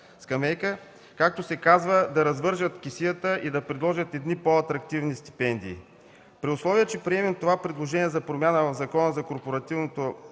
както се казва да развържат кесията и да предложат едни по-атрактивни стипендии. При условие че приемем това предложение за промяна в Закона за корпоративното